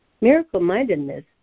Miracle-mindedness